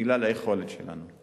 בגלל היכולת שלנו.